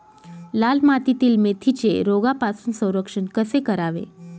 लाल मातीतील मेथीचे रोगापासून संरक्षण कसे करावे?